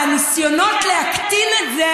והניסיונות להקטין את זה